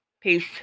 Peace